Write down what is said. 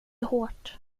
hårt